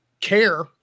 care